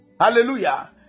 hallelujah